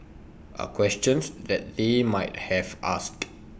are questions that they might have asked